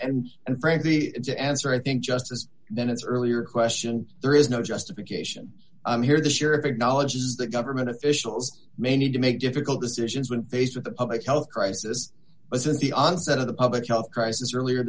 and and frankly to answer i think just as then it's earlier question there is no justification here the sheriff acknowledges the government officials may need to make difficult decisions when faced with a public health crisis but since the onset of the public health crisis earlier